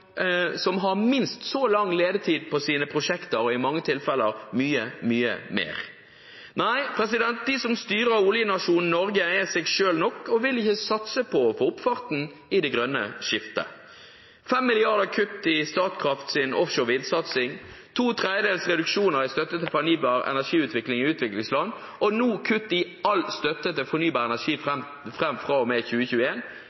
som har minst så lang levetid på sine prosjekter, og i mange tilfeller mye mer? Nei, de som styrer oljenasjonen Norge, er seg selv nok og vil ikke satse på å få opp farten i det grønne skiftet. De foreslår 5 mrd. kr i kutt i Statkrafts offshore vindkraftsatsing, to tredjedels reduksjoner i støtten til fornybar energiutvikling i utviklingsland, kutt i all støtte til fornybar energi